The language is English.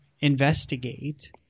investigate